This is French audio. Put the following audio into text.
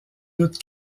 doute